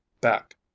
back